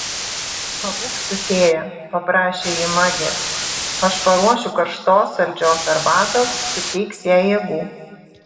pabūk su fėja paprašė ji magės aš paruošiu karštos saldžios arbatos suteiks jai jėgų